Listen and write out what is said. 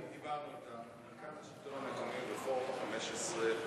דיברנו עם מנכ"ל השלטון המקומי ופורום ה-15.